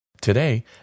Today